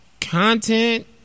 content